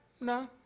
No